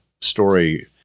story